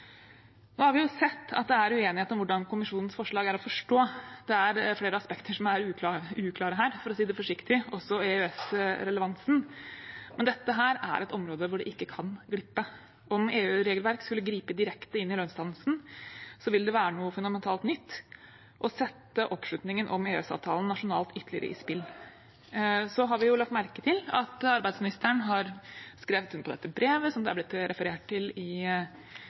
Vi har sett at det er uenighet om hvordan kommisjonens forslag er å forstå. Det er flere aspekter som er uklare her, for å si det forsiktig, også EØS-relevansen, men dette er et område hvor det ikke kan glippe. Om EU-regelverk skulle gripe direkte inn i lønnsdannelsen, ville det være noe fundamentalt nytt og sette oppslutningen om EØS-avtalen nasjonalt ytterligere i spill. Så har vi lagt merke til at arbeidsministeren har skrevet under på dette brevet, som det er blitt referert til i